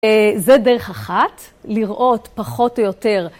זו דרך אחת, לראות פחות או יותר...